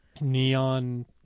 neon